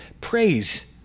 praise